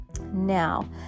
now